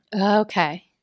Okay